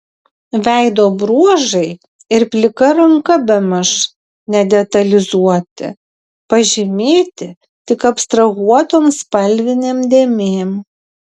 veido bruožai ir plika ranka bemaž nedetalizuoti pažymėti tik abstrahuotom spalvinėm dėmėm